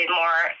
more